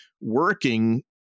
working